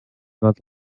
not